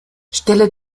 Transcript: stelle